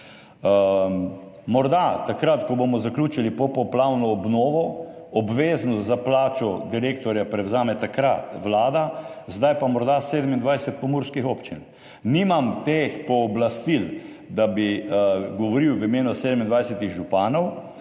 Morda takrat, ko bomo zaključili popoplavno obnovo, obveznost za plačo direktorja prevzame Vlada, zdaj pa morda 27 pomurskih občin. Nimam teh pooblastil, da bi govoril v imenu 27 županov,